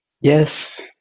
Yes